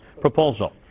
proposal